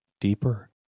deeper